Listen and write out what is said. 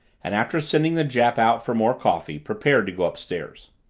and after sending the jap out for more coffee prepared to go upstairs.